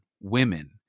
women